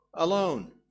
Alone